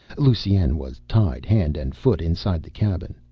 lusine was tied hand and foot inside the cabin.